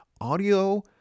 audio